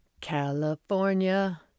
California